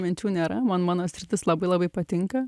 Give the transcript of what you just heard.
minčių nėra man mano sritis labai labai patinka